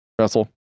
Russell